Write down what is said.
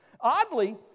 Oddly